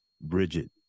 Bridget